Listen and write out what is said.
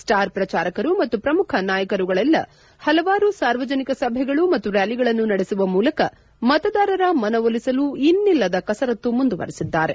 ಸ್ಲಾರ್ ಪ್ರಚಾರಕರು ಮತ್ತು ಪ್ರಮುಖ ನಾಯಕರುಗಳೆಲ್ಲ ಹಲವಾರು ಸಾರ್ವಜನಿಕ ಸಭೆಗಳು ಮತ್ತು ರ್ಡಾಲಿಗಳನ್ನು ನಡೆಸುವ ಮೂಲಕ ಮತದಾರರ ಮನವೊಲಿಸಲು ಇನ್ನಿಲ್ಲದ ಕಸರತ್ತು ಮುಂದುವರಿಸಿದ್ದಾರೆ